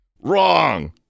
Wrong